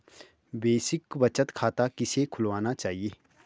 Basic बचत खाता किसे खुलवाना चाहिए?